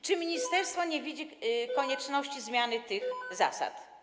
Czy ministerstwo nie widzi konieczności zmiany tych zasad?